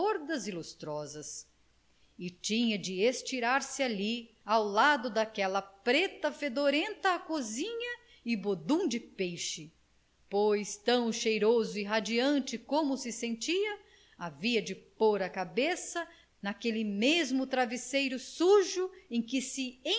e lustrosas e tinha de estirar-se ali ao lado daquela preta fedorenta a cozinha e bodum de peixe pois tão cheiroso e radiante como se sentia havia de pôr a cabeça naquele mesmo travesseiro sujo em que se